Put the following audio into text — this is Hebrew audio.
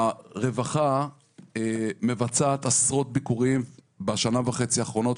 הרווחה מבצעת עשרות ביקורים בשנה וחצי האחרונות,